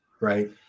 right